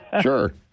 Sure